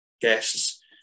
guests